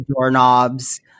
doorknobs